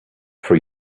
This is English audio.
for